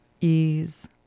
ease